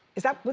is that what?